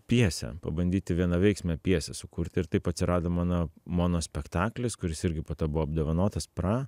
pjesę pabandyti vienaveiksmę pjesę sukurti ir taip atsirado mano mono spektaklis kuris irgi po to buvo apdovanotas pra